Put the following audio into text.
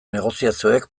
negoziazioek